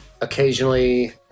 occasionally